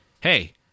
hey